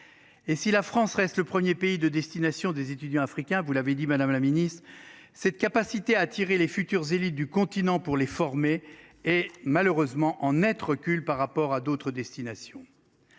Et si la France reste le 1er pays de destination des étudiants africains. Vous l'avez dit Madame la Ministre cette capacité à attirer les futures élites du continent pour les former et malheureusement en Net recul par rapport à d'autres destinations.